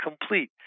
complete